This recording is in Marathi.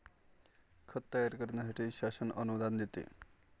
खत तयार करण्यासाठी शासन अनुदान देते